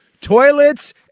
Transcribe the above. toilets